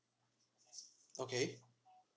okay